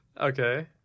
Okay